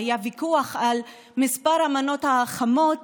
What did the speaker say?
והיה ויכוח על מספר המנות החמות